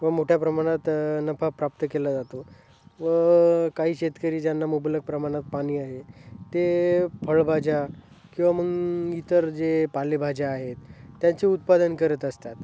व मोठ्या प्रमाणात नफा प्राप्त केला जातो व काही शेतकरी ज्यांना मुबलक प्रमाणात पाणी आहे ते फळभाज्या किंवा मग इतर जे पालेभाज्या आहेत त्यांचे उत्पादन करत असतात